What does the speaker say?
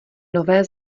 nové